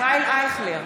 ישראל אייכלר,